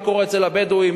מה קורה אצל הבדואים,